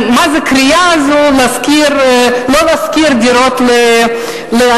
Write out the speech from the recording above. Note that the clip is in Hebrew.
מה הקריאה הזאת לא להשכיר דירות לערבים?